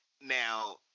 Now